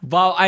Wow